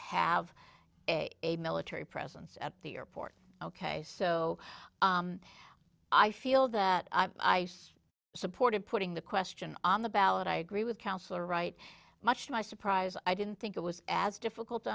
have a military presence at the airport ok so i feel that i see support of putting the question on the ballot i agree with counselor right much to my surprise i didn't think it was as difficult to